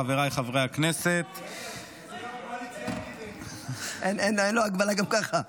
חבריי חברי הכנסת ------ אין לו הגבלה גם ככה.